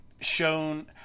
shown